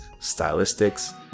stylistics